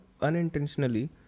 unintentionally